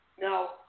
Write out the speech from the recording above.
Now